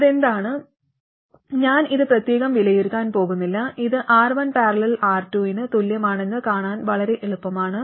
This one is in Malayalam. അതെന്താണ് ഞാൻ ഇത് പ്രത്യേകം വിലയിരുത്താൻ പോകുന്നില്ല ഇത് R1 || R2 ന് തുല്യമാണെന്ന് കാണാൻ വളരെ എളുപ്പമാണ്